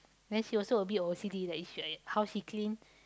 then she also a bit of O_C_D like she uh how she clean